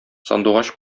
сандугач